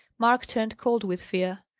mark turned cold with fear.